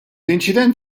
inċident